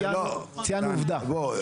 בוא,